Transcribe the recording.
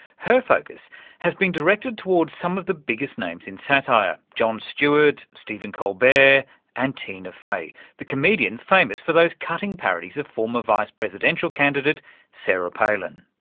her focus has been directed toward some of the biggest names in satire john stewart, stephen colbert and tina fey the comedian famous for those cutting parodies of former vice presidential candidate sarah palin.